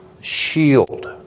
shield